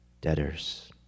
debtors